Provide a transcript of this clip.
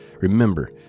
remember